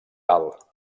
alt